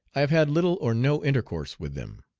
i have had little or no intercourse with them.